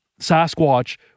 Sasquatch